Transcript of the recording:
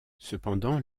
cependant